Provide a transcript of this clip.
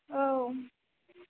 औ